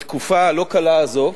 בתקופה הלא-קלה הזאת,